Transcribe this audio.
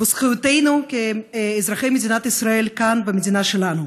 בזכויותינו כאזרחי מדינת ישראל כאן, במדינה שלנו.